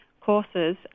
courses